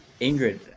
Ingrid